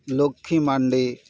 Lakshmi Mandi